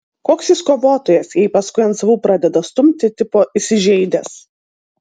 koks jis kovotojas jei paskui ant savų pradeda stumti tipo įsižeidęs